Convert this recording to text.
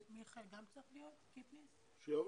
שיבוא.